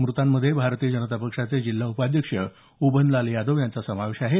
मृतांमध्ये भारतीय जनता पक्षाचे जिल्हा उपाध्यक्ष उभनलाल यादव यांचा समावेश आहे